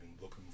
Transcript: looking